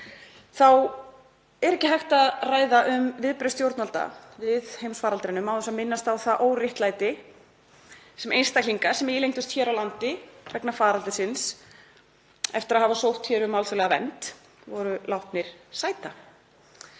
þá er ekki hægt að ræða um viðbrögð stjórnvalda við heimsfaraldrinum án þess að minnast á það óréttlæti sem einstaklingar sem ílendast hér á landi vegna faraldursins, eftir að hafa sótt um alþjóðlega vernd, voru látnir sæta.